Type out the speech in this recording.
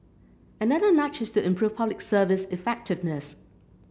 another nudge is to improve Public Service effectiveness